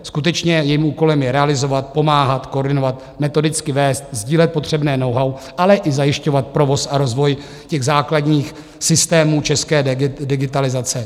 Skutečně, jejím úkolem je realizovat, pomáhat, koordinovat, metodicky vést, sdílet potřebné knowhow, ale i zajišťovat provoz a rozvoj těch základních systémů české digitalizace.